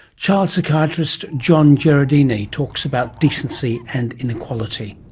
child psychiatrist john jureidini talks about decency and inequality.